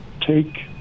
take